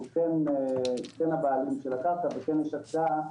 אנחנו כן הבעלים של הקרקע וכן יש הקצאה